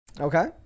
Okay